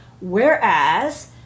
Whereas